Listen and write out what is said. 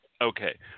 okay